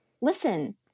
listen